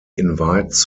invites